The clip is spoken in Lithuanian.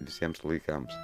visiems laikams